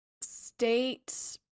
state